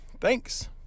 Thanks